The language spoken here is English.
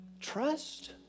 Trust